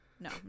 no